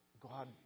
God